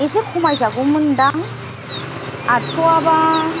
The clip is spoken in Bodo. एसे खमाय जागौमोन दां आठस'याबा